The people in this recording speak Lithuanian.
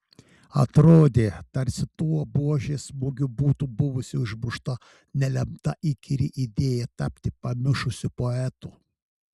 atrodė tarsi tuo buožės smūgiu būtų buvusi užmušta nelemta įkyri idėja tapti pamišusiu poetu